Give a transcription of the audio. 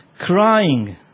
crying